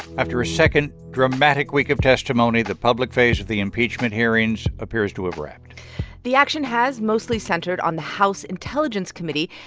after a second dramatic week of testimony, the public phase of the impeachment hearings appears to have wrapped the action has mostly centered on the house intelligence committee,